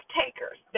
takers